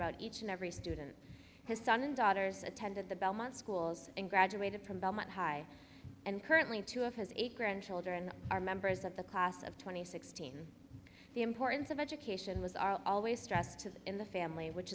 about each and every student his son and daughters attended the belmont schools and graduated from belmont high and currently two of his eight grandchildren are members of the class of two thousand and sixteen the importance of education was are always stressed to the in the family which